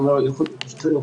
אוקיי, לא שמתי לב,